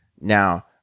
now